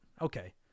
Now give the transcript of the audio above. okay